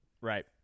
Right